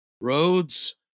Roads